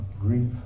grief